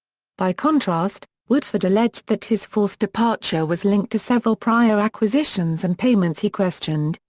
by contrast, woodford alleged that his forced departure was linked to several prior acquisitions and payments he questioned,